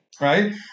Right